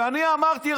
אני אמרתי,